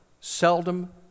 seldom